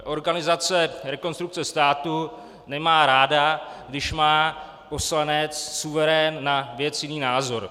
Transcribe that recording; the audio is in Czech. Organizace Rekonstrukce státu nemá ráda, když má poslanecsuverén na věc jiný názor.